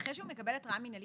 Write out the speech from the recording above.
אחרי שהוא מקבל התראה מינהלית,